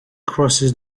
crosses